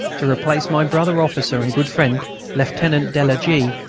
to replace my brother-officer and good friend lieutenant de la g,